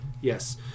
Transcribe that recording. yes